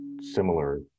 similar